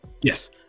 yes